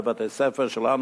בבתי-הספר שלנו,